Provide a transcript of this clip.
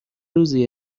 روزی